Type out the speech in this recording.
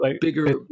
bigger